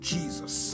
Jesus